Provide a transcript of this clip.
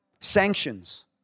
sanctions